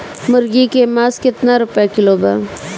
मुर्गी के मांस केतना रुपया किलो बा?